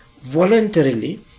voluntarily